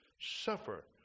Suffer